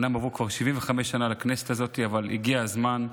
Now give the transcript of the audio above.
אומנם עברו כבר 75 שנה לכנסת הזאת, אבל הגיע הזמן.